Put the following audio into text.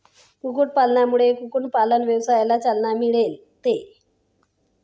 कुक्कुटपालनामुळे कुक्कुटपालन व्यवसायाला चालना मिळते